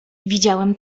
widziałem